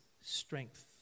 strength